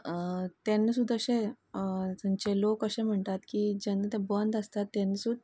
तेन्ना सुद्दां तशेंच थंयचे लोक जे म्हणटात की जेन्ना तें बंद आसता तेन्ना सुद्दां